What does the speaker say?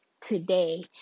today